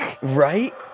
Right